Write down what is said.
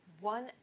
one